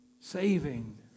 saving